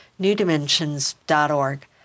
NewDimensions.org